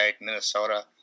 Minnesota